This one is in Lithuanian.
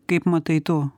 kaip matai tu